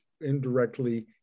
indirectly